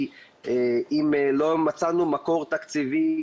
כי אם לא מצאנו מקור תקציבי